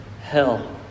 hell